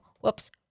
whoops